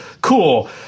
Cool